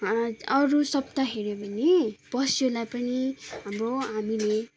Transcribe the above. अरू शब्द हेऱ्यो भने बस्योलाई पनि हाम्रो हामीले